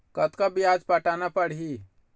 कतका ब्याज पटाना पड़ही?